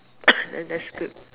then that's good